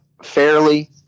fairly